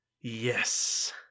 Yes